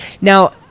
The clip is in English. now